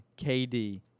KD